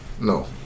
no